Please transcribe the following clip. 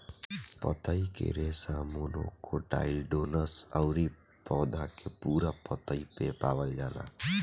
पतई के रेशा मोनोकोटाइलडोनस अउरी पौधा के पूरा पतई में पावल जाला